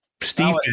Steve